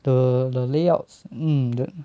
the the layouts mm the